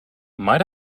might